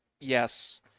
Yes